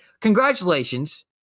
congratulations